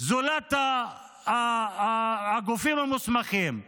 זולת הגופים המוסמכים.